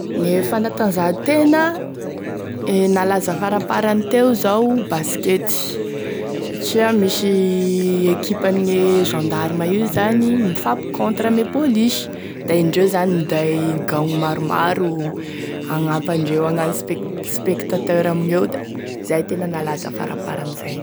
Gne fanantanjahan-tena, e nalaza faraparany teo zao baskety, satria misy équipe gne gendarme io zany mifampi-contre ame polisy da indreo zany minday gaogny maromaro hagnampy andreo hagnano spec- spectateur amign'eo da izay e tena nalaza faraparany zay.